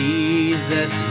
Jesus